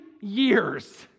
years